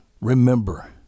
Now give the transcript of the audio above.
Remember